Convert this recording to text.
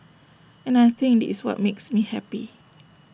and I think this is what makes me happy